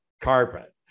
carpet